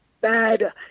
bad